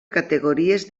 categories